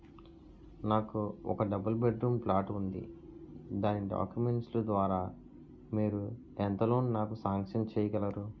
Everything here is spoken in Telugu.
నాకు ఒక డబుల్ బెడ్ రూమ్ ప్లాట్ ఉంది దాని డాక్యుమెంట్స్ లు ద్వారా మీరు ఎంత లోన్ నాకు సాంక్షన్ చేయగలరు?